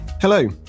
Hello